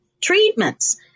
treatments